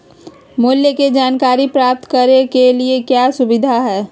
मूल्य के जानकारी प्राप्त करने के लिए क्या क्या सुविधाएं है?